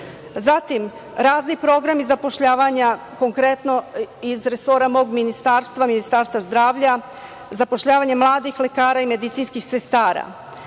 zatim razni programi zapošljavanja, konkretno iz resora mog ministarstva, Ministarstva zdravlja, zapošljavanje mladih lekara i medicinskih sestara. Zakon